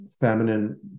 feminine